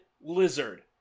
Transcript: lizard